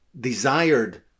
desired